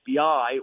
FBI